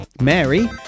Mary